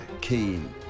keen